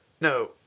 no